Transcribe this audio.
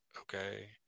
okay